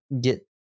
get